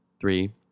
Three